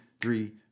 three